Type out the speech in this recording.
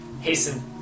hasten